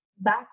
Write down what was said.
back